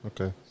Okay